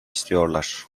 istiyorlar